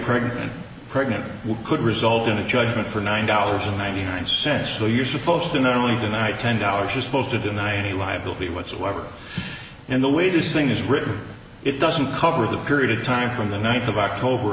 pregnant pregnant which could result in a judgment for nine dollars ninety nine cents so you're supposed to not only deny ten dollars as opposed to deny any liability whatsoever and the way this thing is written it doesn't cover the period of time from the ninth of october